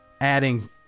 adding